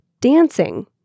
Dancing